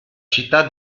città